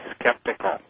skeptical